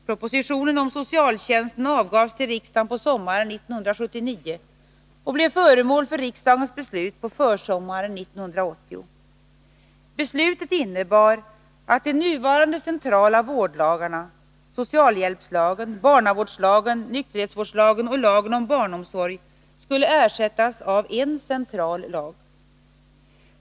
Propositionen om socialtjänsten avgavs till riksdagen på sommaren 1979 och blev föremål för riksdagens beslut på försommaren 1980. Beslutet innebar att de nuvarande centrala vårdlagarna — socialhjälpslagen, barnavårdslagen, nykterhetsvårdslagen och lagen om barnomsorg — skulle ersättas av en central lag.